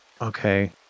okay